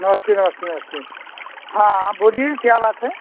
नमस्ते नमस्ते नमस्ते हाँ बोलिए क्या बात है